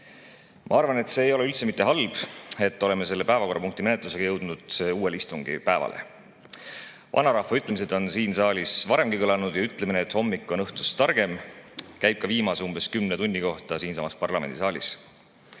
Ma arvan, et see ei ole üldse mitte halb, et oleme selle päevakorrapunkti menetlusega jõudnud uue istungipäevani. Vanarahva ütlemised on siin saalis varemgi kõlanud ja ütlemine, et hommik on õhtust targem, käib ka viimase umbes kümne tunni kohta siinsamas parlamendisaalis.